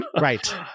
Right